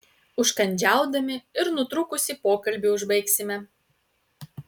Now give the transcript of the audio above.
užkandžiaudami ir nutrūkusį pokalbį užbaigsime